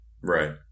Right